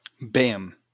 Bam